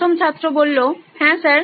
প্রথম ছাত্র হ্যাঁ স্যার